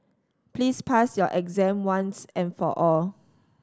please pass your exam once and for all